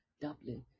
Dublin